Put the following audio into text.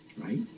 right